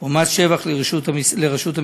או מס שבח לרשות המסים.